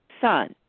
son